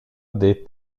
des